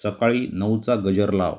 सकाळी नऊचा गजर लाव